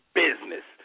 business